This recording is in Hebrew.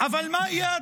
אבל מה יהיה,